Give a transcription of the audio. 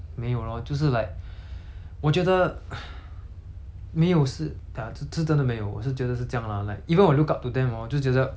没有是 ya 是是真的没有我是觉得是这样 lah like even 我 look up to them hor 就觉得我 respect 他们而已我不会去 like